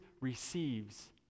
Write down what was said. receives